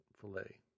filet